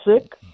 sick